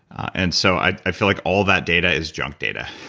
and so i i feel like all that data is junk data,